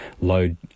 load